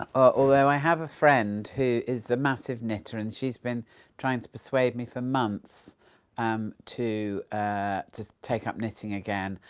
although i have a friend who is a massive knitter and she's been trying to persuade me for months um to ah to take up knitting again,